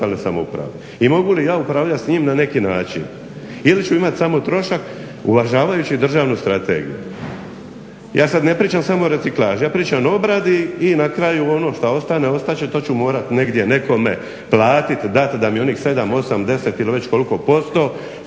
i mogu li ja upravljati s njim na neki način ili ću imati samo trošak uvažavajući državnu strategiju. Ja sad ne pričam samo o reciklaži, ja pričam o obradi i na kraju ono što ostane ostat će to ću morati negdje nekome platiti dat da mi onih 7, 8, 10 ili već koliko posto